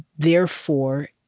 therefore,